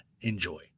Enjoy